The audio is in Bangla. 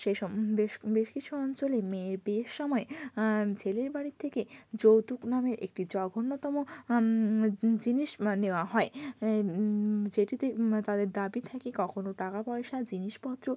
সে সব বেশ কিছু অঞ্চলে মেয়ের বিয়ের সময় ছেলের বাড়ির থেকে যৌতুক নামে একটি জঘন্যতম জিনিস নেওয়া হয় যেটিতে তাদের দাবি থাকে কখনো টাকা পয়সা জিনিসপত্র